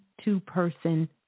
two-person